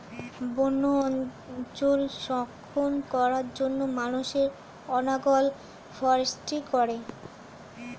বন্য অঞ্চল সংরক্ষণ করার জন্য মানুষ এনালগ ফরেস্ট্রি করে